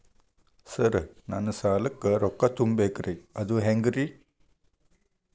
Sir ನನ್ನ ಸಾಲಕ್ಕ ರೊಕ್ಕ ತುಂಬೇಕ್ರಿ ಅದು ಹೆಂಗ್ರಿ?